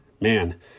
Man